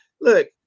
look